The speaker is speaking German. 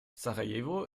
sarajevo